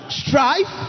strife